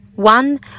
One